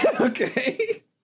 Okay